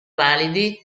validi